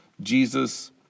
Jesus